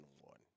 one